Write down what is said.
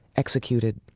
executed,